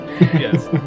Yes